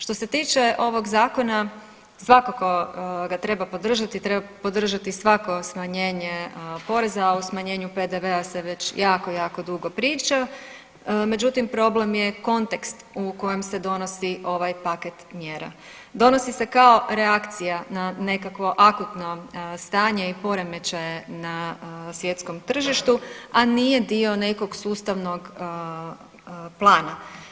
Što se tiče ovog zakona svakako ga treba podržati, treba podržati svako smanjenje poreza, a o smanjenju PDV-a se već jako jako dugo priča, međutim problem je kontekst u kojem se donosi ovaj paket mjera, donosi se kao reakcija na nekakvo akutno stanje i poremećaje na svjetskom tržištu, a nije dio nekog sustavnog plana.